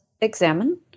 examine